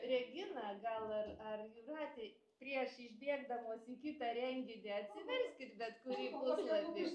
regina gal ar ar jūratė prieš išbėgdamos į kitą renginį atsiverskit be kurį puslapį